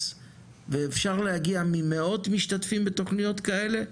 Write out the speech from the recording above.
ואפשר להגיע ממאות משתתפים בתכניות כאלה,